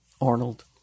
Arnold